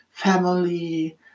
family